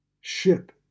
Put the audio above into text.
ship